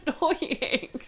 annoying